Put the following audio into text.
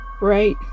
right